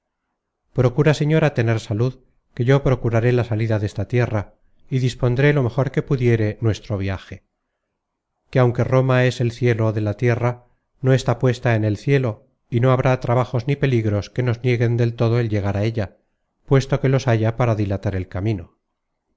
procura señora tener salud que yo procuraré la salida desta tierra y dispondré lo mejor que pudiere nuestro viaje que aunque roma es el cielo de la tierra no está puesta en el cielo y no habrá trabajos ni peligros que nos nieguen del todo el llegar á ella puesto que los haya para dilatar el camino